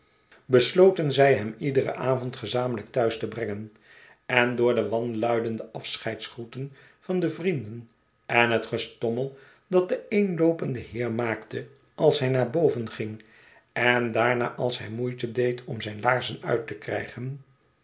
besloten zij hem iederen avond gezamenlijk thuis te brengen en door de wanluidende afschei dsgroeten van de vrienden en het gestommel dat de eenloopende heer maakte als hij naar boven ging en daarna als hij moeite deed om zijn laarzen uit te krijgen